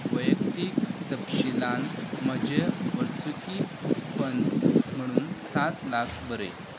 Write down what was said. वैयक्तीक तपशीलांत म्हजें वर्सुकी उत्पन्न म्हुणून सात लाख बरय